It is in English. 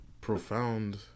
profound